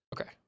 okay